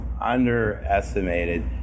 underestimated